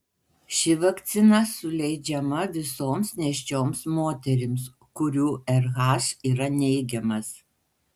ši vakcina suleidžiama visoms nėščioms moterims kurių rh yra neigiamas